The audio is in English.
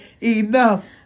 enough